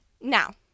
Now